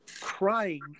crying